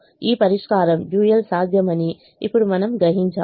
ఈ పరిష్కారం డ్యూయల్ సాధ్యమని ఇప్పుడు మనము గ్రహించాము